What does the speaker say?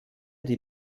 die